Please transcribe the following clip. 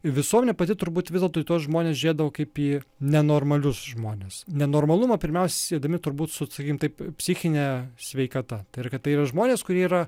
visuomenė pati turbūt vis dėlto į tuos žmones žiūrėdavo kaip į nenormalius žmones nenormalumą pirmiausia siedami turbūt sakykim taip psichine sveikata tai yra kad tai yra žmonės kurie yra